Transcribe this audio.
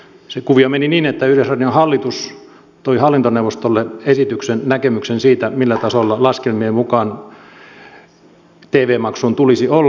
se kuvio meni niin että yleisradion hallitus toi hallintoneuvostolle esityksen näkemyksen siitä millä tasolla laskelmien mukaan tv maksun tulisi olla